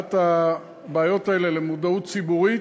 בהבאת הבעיות האלה למודעות ציבורית.